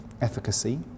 efficacy